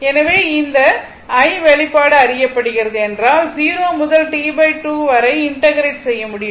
எனவே இந்த I வெளிப்பாடு அறியப்படுகிறது என்றால் 0 முதல் T2 வரை இன்டெக்ரேட் செய்ய முடியும்